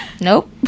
Nope